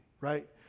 right